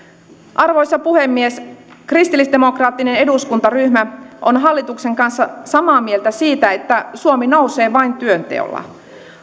arvoisa puhemies kristillisdemokraattinen eduskuntaryhmä on hallituksen kanssa samaa mieltä siitä että suomi nousee vain työnteolla